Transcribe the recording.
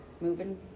moving